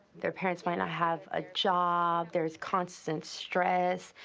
their parents might not have a job, there's constant stress.